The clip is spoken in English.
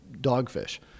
dogfish